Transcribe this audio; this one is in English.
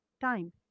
time